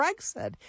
Brexit